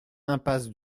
impasse